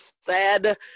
sad